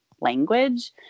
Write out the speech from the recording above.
language